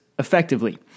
effectively